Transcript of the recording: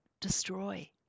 destroy